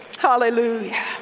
hallelujah